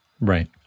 Right